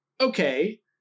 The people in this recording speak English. okay